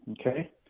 okay